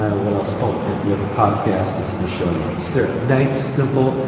what else? oh, we have a podcast. it's in the show notes. there. nice. simple.